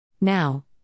Now